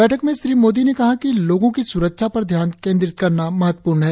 बैठक में श्री मोदी ने कहा कि लोगों की स्रक्षा पर ध्यान केन्द्रित करना महत्वपूर्ण है